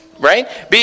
right